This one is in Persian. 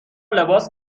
لباس